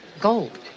Gold